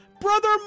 Brother